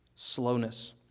Slowness